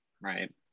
right